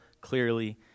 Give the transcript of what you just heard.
clearly